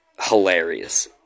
hilarious